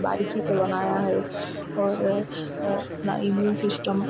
باریکی سے بنایا ہے اور اپنا امیون سسٹم